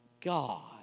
God